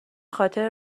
خاطر